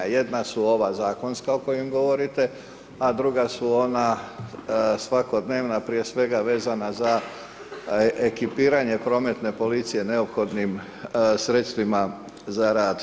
Jedna su ova zakonska o kojim govorite, a druga su ona svakodnevna prije svega vezana za ekipiranje prometne policije neophodnim sredstvima za rad.